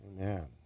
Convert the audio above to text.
Amen